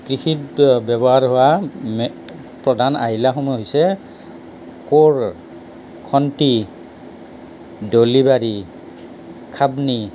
কৃষিত ব্যৱহাৰ হোৱা প্ৰধান আহিলাসমূহ হৈছে কোৰ খন্তি দলিবাৰি খাবনি